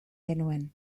genuen